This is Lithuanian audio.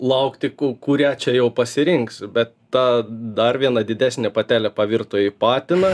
laukti ku kurią čia jau pasirinks bet ta dar viena didesnė patelė pavirto į patiną